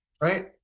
Right